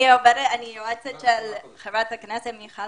אני יועצת של חברת הכנסת מיכל